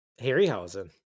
Harryhausen